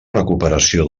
recuperació